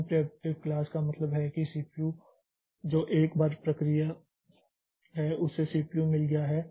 non preemptive class का मतलब है कि सीपीयू जो एक बार प्रक्रिया है उसे सीपीयू मिल गया है